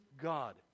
God